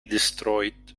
destroyed